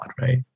right